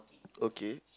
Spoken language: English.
okay